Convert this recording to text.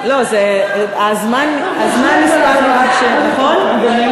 לא, ללא הגבלת זמן.